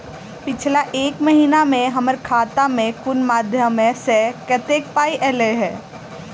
पिछला एक महीना मे हम्मर खाता मे कुन मध्यमे सऽ कत्तेक पाई ऐलई ह?